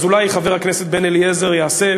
אז אולי חבר הכנסת בן-אליעזר יעשה,